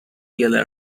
گلر